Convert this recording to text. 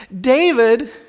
David